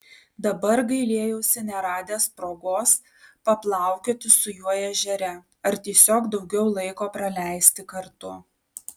dabar gailėjausi neradęs progos paplaukioti su juo ežere ar tiesiog daugiau laiko praleisti kartu